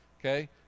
Okay